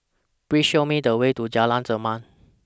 Please Show Me The Way to Jalan Zamrud